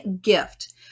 gift